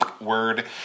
word